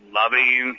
loving